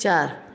चारि